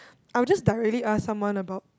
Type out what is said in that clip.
I will just directly ask someone about